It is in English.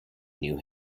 knew